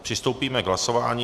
Přistoupíme k hlasování.